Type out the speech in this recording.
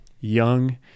Young